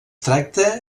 tracta